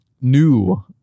new